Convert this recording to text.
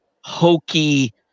hokey